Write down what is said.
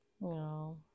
No